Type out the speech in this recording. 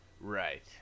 Right